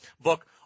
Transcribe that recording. book